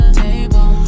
table